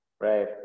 Right